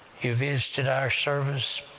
you visited our service,